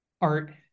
art